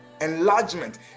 enlargement